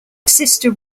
sister